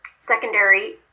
secondary